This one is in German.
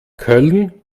köln